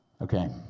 Okay